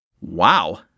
Wow